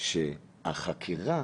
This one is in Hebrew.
שהחקירה